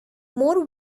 more